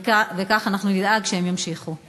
וכך אנחנו נדאג שהם ימשיכו להיות.